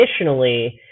additionally